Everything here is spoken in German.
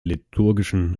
liturgischen